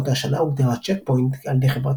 באותה שנה הוגדרה צ'ק פוינט על ידי חברת